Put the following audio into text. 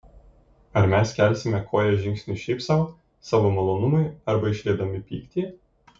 ar mes kelsime koją žingsniui šiaip sau savo malonumui arba išliedami pyktį